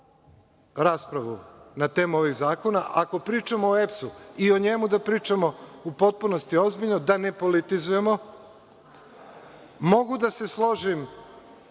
raspravu na temu ovih zakona. Ako pričamo o EPS-u, i o njemu da pričamo u potpunosti ozbiljno, da ne politizujemo. Mogu da se složim